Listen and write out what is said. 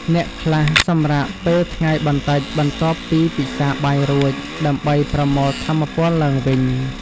អ្នកខ្លះសម្រាកពេលថ្ងៃបន្តិចបន្ទាប់ពីពិសាបាយរួច ដើម្បីប្រមូលថាមពលឡើងវិញ។